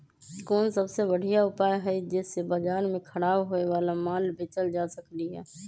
कोन सबसे बढ़िया उपाय हई जे से बाजार में खराब होये वाला माल बेचल जा सकली ह?